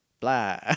blah